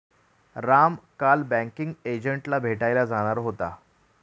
राम काल बँकिंग एजंटला भेटायला जाणार होता